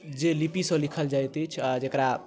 जे लिपिसँ लिखल जाइत अछि आ जकरा